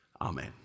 Amen